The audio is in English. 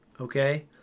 okay